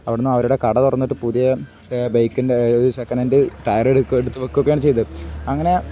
അവിടുന്ന് അവരുടെ കട തുറന്നിട്ട് പുതിയ ബൈക്കിന്റെ ഒരു സെക്കനെന്റ് ടയറെടുത്തു വയ്ക്കുകയാണു ചെയ്തത് അങ്ങനെ